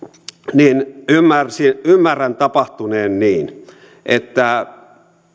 niin ymmärrän tapahtuneen niin että